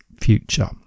future